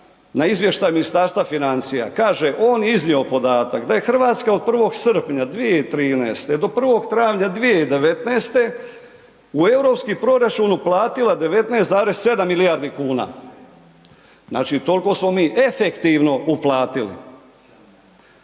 na izvještaj Ministarstva financija, kaže, on je iznio podatak da je Hrvatska od 1. srpnja 2013. do 1. travnja 2019. u europski proračun uplatila 19,7 milijardi kuna. Znači toliko smo mi efektivno uplatili.